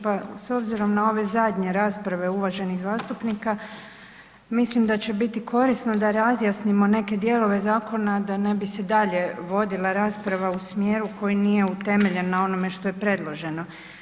Pa s obzirom na ove zadnje rasprave uvaženih zastupnika, mislim da će biti korisno da razjasnimo neke dijelove zakona da ne bi se dalje vodila rasprava u smjeru koji nije utemeljen na onome što je predloženo.